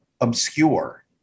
obscure